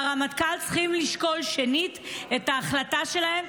והרמטכ"ל צריכים לשקול שנית את ההחלטה שלהם,